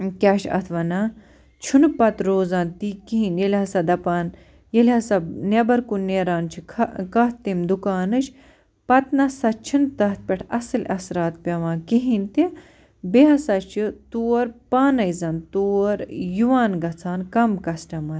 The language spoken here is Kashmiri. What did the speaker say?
کیٛاہ چھِ اَتھ وَنان چھُنہٕ پَتہٕ روزان تہِ کِہیٖنٛۍ ییٚلہِ ہسا دپان ییٚلہِ ہسا نٮ۪بَر کُن نٮ۪ران چھِ خا کَتھ تَمہِ دُکانٕچ پَتہٕ نَسا چھِنہٕ تَتھ پٮ۪ٹھ اَصٕل اثرات پٮ۪وان کِہیٖنٛۍ تہِ بیٚیہِ ہسا چھِ تور پانٕے زَن تور یِوان گَژھان کَم کسٹٕمَر